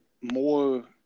more